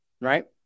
right